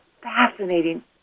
fascinating